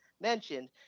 mentioned